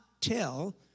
tell